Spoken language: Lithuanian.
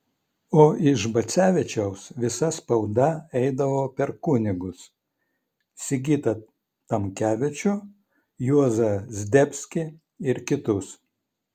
o iš bacevičiaus visa spauda eidavo per kunigus sigitą tamkevičių juozą zdebskį ir kitus